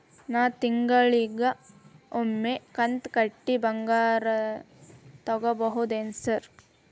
ನಾ ತಿಂಗಳಿಗ ಒಮ್ಮೆ ಕಂತ ಕಟ್ಟಿ ಬಂಗಾರ ತಗೋಬಹುದೇನ್ರಿ?